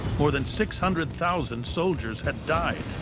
more than six hundred thousand soldiers had died.